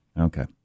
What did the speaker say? Okay